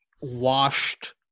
washed